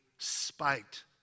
Spiked